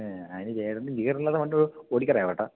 അതിനു ചേട്ടന് ഗിയറില്ലാത്ത വണ്ടി ഓടിക്കാനറിയാമോ ചേട്ടാ